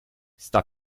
sta